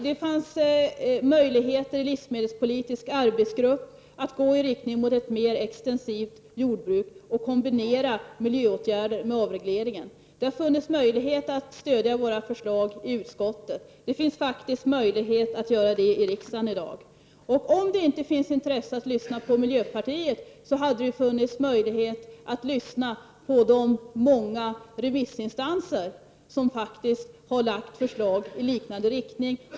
Det fanns i den livsmedelspolitiska arbetsgruppen möjligheter att gå i riktning mot ett mer extensivt jordbruk och kombinera miljöåtgärder med avregleringen. Det har funnits en möjlighet att stödja våra förslag i utskottet, och det finns faktiskt en möjlighet att göra detta i riksdagens kammare i dag. Även om det inte funnits ett intresse att lyssna på miljöpartiet så hade det varit möjligt att lyssna på de många remissinstanser som har presenterat förslag i liknande riktning.